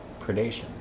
predation